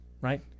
right